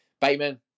Bateman